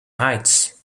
heights